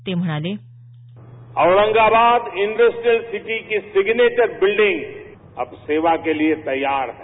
ते म्हणाले Aurangabad industrial city की सिम्रेचर बिल्डींग अब सेवा के लिए तयार है